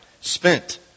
spent